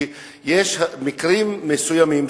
כי יש מקרים מסוימים,